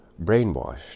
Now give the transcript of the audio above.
brainwashed